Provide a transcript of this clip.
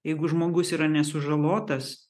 jeigu žmogus yra nesužalotas